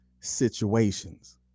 situations